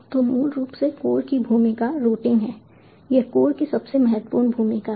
तो मूल रूप से कोर की भूमिका रूटिंग है यह कोर की सबसे महत्वपूर्ण भूमिका है